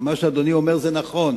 מה שאדוני אומר זה נכון,